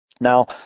Now